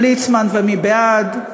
של ליצמן ומי בעד,